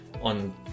on